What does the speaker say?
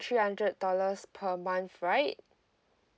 three hundred dollars per month right